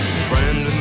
Friend